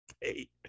Hey